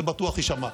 זה, בטוח יישמע.